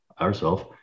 ourself